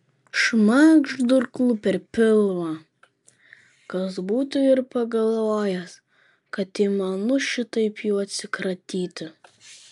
šmakšt durklu per pilvą kas būtų ir pagalvojęs kad įmanu šitaip jų atsikratyti